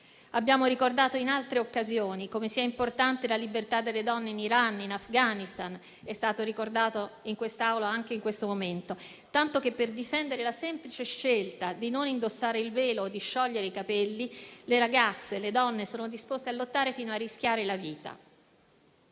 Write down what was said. Abbiamo ricordato in altre occasioni come sia importante la libertà delle donne in Iran e in Afghanistan - è stato ricordato in quest'Aula anche in questo momento - tanto che, per difendere la semplice scelta di non indossare il velo o di sciogliere i capelli, le ragazze e le donne sono disposte a lottare fino a rischiare la vita.